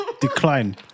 Decline